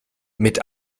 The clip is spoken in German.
mit